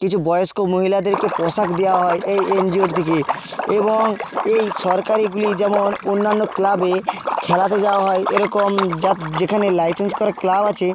কিছু বয়স্ক মহিলাদেরকে পোশাক দেওয়া হয় এই এনজিওর থেকে এবং এই সরকারিগুলি যেমন অন্যান্য ক্লাবে খেলাতে যাওয়া হয় এরকম যার যেখানে লাইসেন্স করা ক্লাব আছে